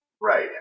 Right